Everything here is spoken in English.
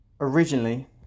originally